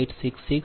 866 j 10